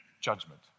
judgment